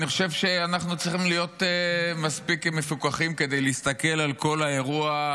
אני חושב שאנחנו צריכים להיות מספיק מפוקחים ולהסתכל על כל האירוע.